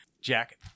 Jack